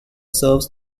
serves